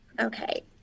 okay